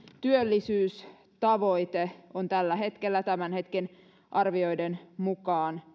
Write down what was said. työllisyystavoite on tällä hetkellä tämän hetken arvioiden mukaan